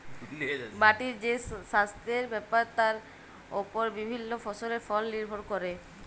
মাটির যে সাস্থের ব্যাপার তার ওপর বিভিল্য ফসলের ফল লির্ভর ক্যরে